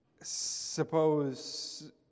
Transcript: suppose